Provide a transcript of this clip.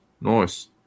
Nice